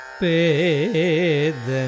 ped